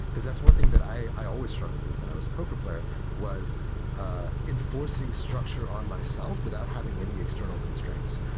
because that's one thing that i i always struggled with when i was a poker player was enforcing structure on myself without having any external constraints.